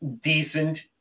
decent